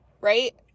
right